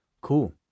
cool